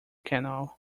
canal